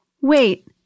Wait